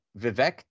Vivek